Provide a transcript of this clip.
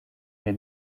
mir